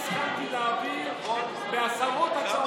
הסכמתי להעביר עשרות הצעות.